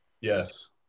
Yes